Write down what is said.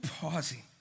pausing